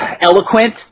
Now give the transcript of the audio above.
eloquent